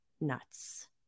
nuts